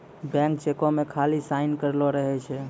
blank चेको मे खाली साइन करलो रहै छै